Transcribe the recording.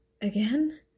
Again